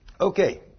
Okay